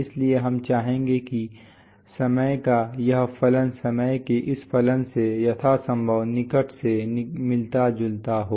इसलिए हम चाहेंगे कि समय का यह फलन समय के इस फलन से यथासंभव निकट से मिलता जुलता हो